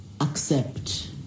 accept